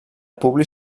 publi